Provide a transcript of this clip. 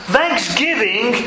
Thanksgiving